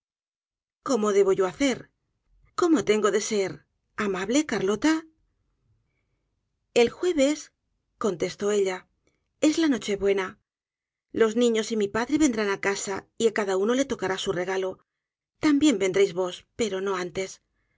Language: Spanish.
cómo debo yo hacer cómo tengo de ser amable carlota el jueves contestó esta es la nochebuena los niños y mi padre vendrán á casa y á cada uno le tocará su regalo también vendréis vos pero no antes